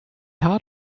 hard